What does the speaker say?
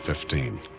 Fifteen